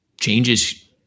changes